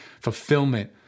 fulfillment